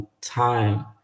time